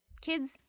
kids